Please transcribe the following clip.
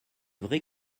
vrai